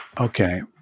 Okay